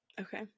okay